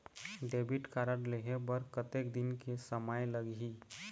Debit card लेहे बर कतेक दिन के समय लगही?